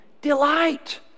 delight